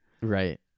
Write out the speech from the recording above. Right